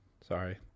sorry